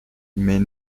mais